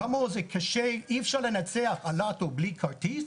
זה קשה, אי אפשר לנצח בלוטו בלי כרטיס,